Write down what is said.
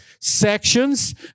sections